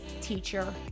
teacher